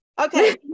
Okay